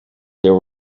there